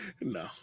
no